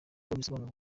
nk’uko